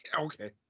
Okay